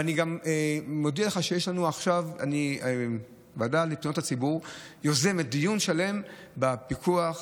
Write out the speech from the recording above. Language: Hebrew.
ואני גם מודיע לך שהוועדה לפניות הציבור יוזמת דיון שלם על הפיקוח,